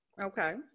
okay